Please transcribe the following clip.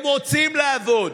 הם רוצים לעבוד.